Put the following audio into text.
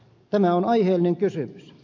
tämä on aiheellinen kysymys